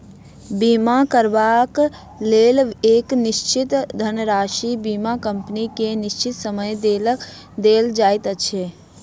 बीमा करयबाक लेल एक निश्चित धनराशि बीमा कम्पनी के निश्चित समयक लेल देल जाइत छै